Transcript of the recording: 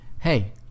hey